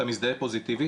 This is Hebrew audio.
אתה מזדהה פוזיטיבית,